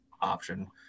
option